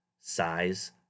Size